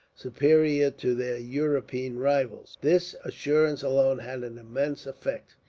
superior to their european rivals. this assurance alone had an immense effect.